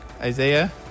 Isaiah